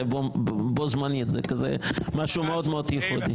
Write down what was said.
בו זמנית שזה משהו מאוד מאוד ייחודי.